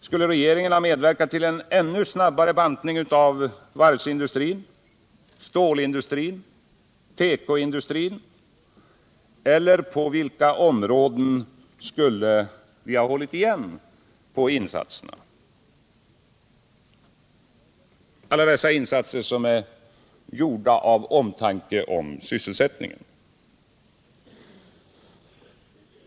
Skulle regeringen ha medverkat till en snabbare bantning av varvsindustrin, stålindustrin och tekoindustrin, eller på vilka områden skulle man ha hållit igen på alla dessa insatser som är gjorda av omtanke om sysselsättningen?